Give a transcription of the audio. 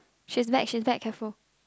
she's back she's back careful